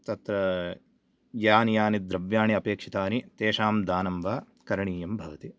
तत्र यानि यानि द्रव्याणि अपेक्षितानि तेषां दानं वा करणीयं भवति